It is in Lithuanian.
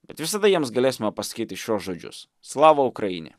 bet visada jiems galėsime pasakyti šiuos žodžius slava ukrainie